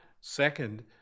Second